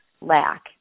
lack